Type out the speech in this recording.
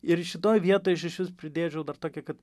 ir šitoj vietoj aš išvis pridėčiau dar tokią kad